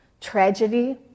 tragedy